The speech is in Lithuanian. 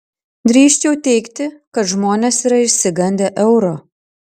drįsčiau teigti kad žmonės yra išsigandę euro